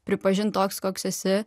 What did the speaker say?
pripažint toks koks esi